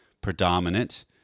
predominant